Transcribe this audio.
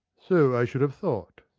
so i should have thought.